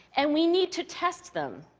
and we need to test them.